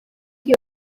que